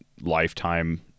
lifetime